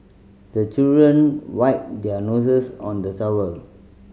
the children wipe their noses on the towel